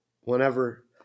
whenever